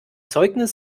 zeugnis